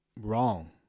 wrong